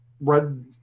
red